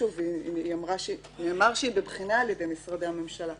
משרדי הממשלה אמרו שהיא בבחינה -- אנחנו